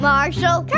Marshall